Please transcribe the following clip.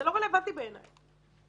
זה לא רלוונטי בעיניי.